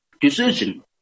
decision